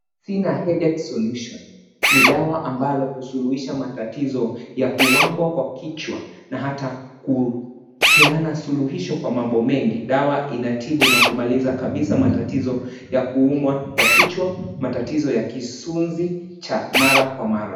Sina headache solution ni dawa ambalo husuluhisha matatizo ya kuwangwa kwa kichwa na hata kupeana suluhisho kwa mambo mengi, dawa inatibu na kumaliza kabisa matatizo ya kuumwa kwa kichwa, matatizo ya kisunzi cha mara kwa mara.